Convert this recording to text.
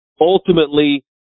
ultimately